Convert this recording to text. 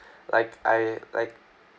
like I like